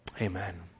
Amen